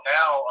now